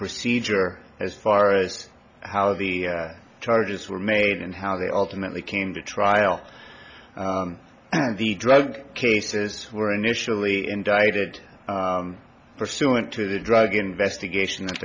procedure as far as how the charges were made and how they ultimately came to trial and the drug cases were initially indicted pursuant to the drug investigation that